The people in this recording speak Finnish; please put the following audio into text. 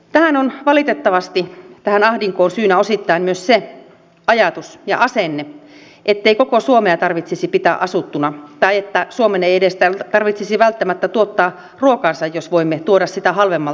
tähän ahdinkoon on valitettavasti syynä osittain myös se ajatus ja asenne ettei koko suomea tarvitsisi pitää asuttuna tai että suomen ei edes tarvitsisi välttämättä tuottaa ruokaansa jos voimme tuoda sitä halvemmalla muualta